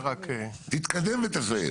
תתקדם ותסיים.